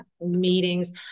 meetings